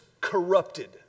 corrupted